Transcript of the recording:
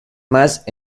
más